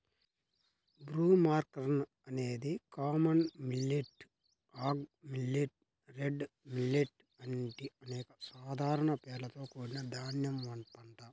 broomcorn అనేది common millet, hog millet, red millet వంటి అనేక సాధారణ పేర్లతో కూడిన ధాన్యం పంట